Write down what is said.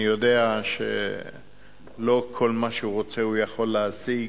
אני יודע שלא כל מה שהוא רוצה הוא יכול להשיג,